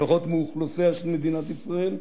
לפחות מאוכלוסי מדינת ישראל,